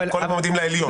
כל המועמדים לעליון.